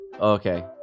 Okay